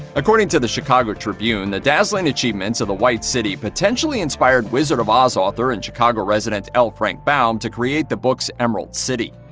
according to the chicago tribune, the dazzling achievements of the white city potentially inspired wizard of oz author and chicago resident l. frank baum to create the book's emerald city.